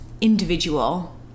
individual